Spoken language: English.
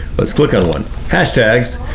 let's click on one. hashtags,